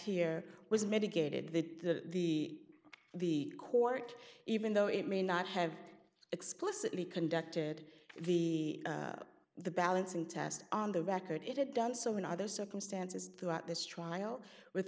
here was mitigated to the the court even though it may not have explicitly conducted the the balancing test on the record it had done so in other circumstances throughout this trial with